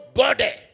body